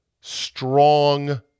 strong